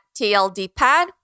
TLDpad